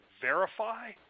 verify